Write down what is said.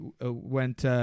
went